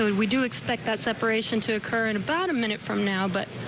we do expect that separation to occur in about a minute from now but.